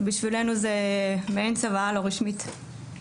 בשבילנו זו מעין צוואה לא רשמית: